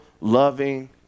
loving